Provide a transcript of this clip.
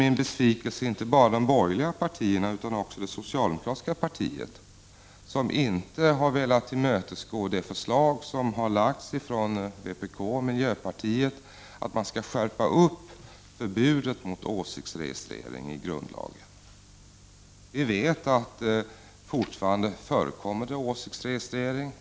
Min besvikelse gäller inte bara de borgerliga partierna utan också det socialdemokratiska partiet, som inte har velat tillmötesgå det förslag som har lagts fram från vpk och miljöpartiet om att förbudet mot åsiktsregistrering i grundlagen skall skärpas. Vi vet att det fortfarande förekommer åsiktsregistrering.